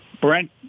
Brent